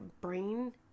brain